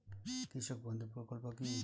কৃষক বন্ধু প্রকল্প কি?